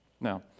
Now